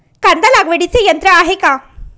कांदा लागवडीचे यंत्र आहे का?